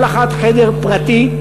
כל אחת בחדר פרטי.